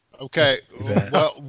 Okay